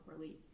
relief